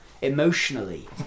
emotionally